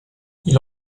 ils